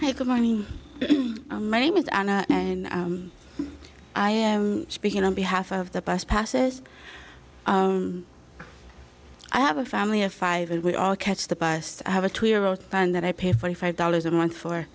morning my name is anna and i am speaking on behalf of the bus passes i have a family of five and we all catch the bus i have a two year old son that i pay forty five dollars a month for